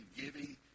giving